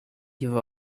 give